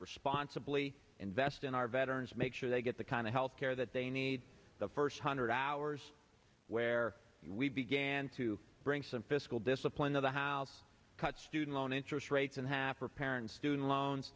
responsibly invest in our veterans make sure they get the kind of health care that they need the first hundred hours where we began to bring some fiscal discipline to the house cut student loan interest rates in half our parents student loans